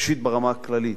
ראשית ברמה הכללית,